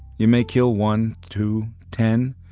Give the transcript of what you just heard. you may kill one, two, ten,